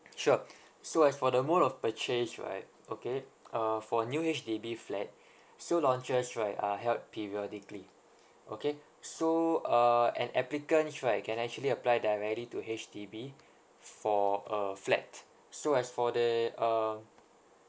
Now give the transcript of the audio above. sure so as for the mode of purchase right okay uh for new H_D_B flat so launches right are held periodically okay so uh and applicants right can actually apply directly to H_D_B for a flat so as for the uh